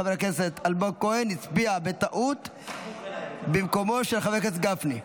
חבר הכנסת אלמוג כהן הצביע בטעות במקומו של חבר הכנסת גפני.